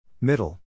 Middle